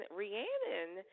Rhiannon